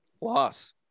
loss